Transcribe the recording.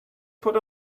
put